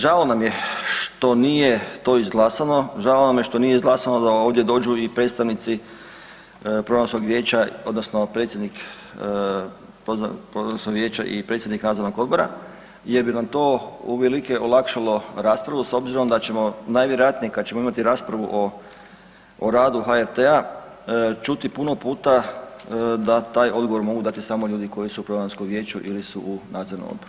Žao nam je što nije to izglasano, žao nam je što nije izglasano da ovdje dođu i predstavnici pravosudnog vijeća odnosno predsjednik programskog vijeća i predsjednik nadzornog odbora jer bi nam to uvelike olakšalo raspravu s obzirom da ćemo najvjerojatnije kad ćemo imati raspravu o radu HRT-a, čuti puno puta da taj odgovor mogu dati samo ljudi koji su u programskom vijeću ili su u nadzornom odboru.